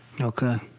okay